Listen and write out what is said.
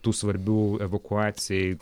tų svarbių evakuacijai